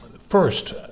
first